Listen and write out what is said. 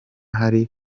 hari